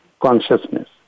consciousness